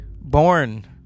Born